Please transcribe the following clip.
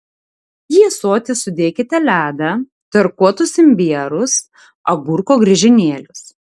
į ąsotį sudėkite ledą tarkuotus imbierus agurko griežinėlius